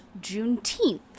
Juneteenth